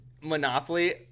Monopoly